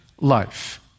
life